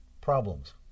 problems